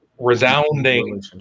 resounding